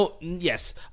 yes